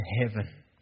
heaven